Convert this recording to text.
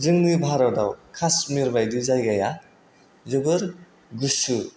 जोंनि भारताव कास्मिर बायदि जायगाया जोबोर गुसु